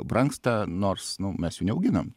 brangsta nors nu mes jų neauginam